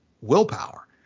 willpower